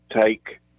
take